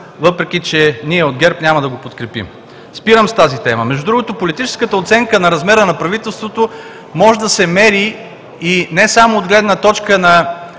въпреки че ние от ГЕРБ няма да го подкрепим. Спирам с тази тема. Между другото, политическата оценка на размера на правителството може да се мери не само от гледна точка на